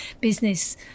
business